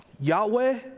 Yahweh